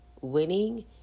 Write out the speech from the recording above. winning